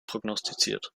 prognostiziert